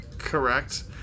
Correct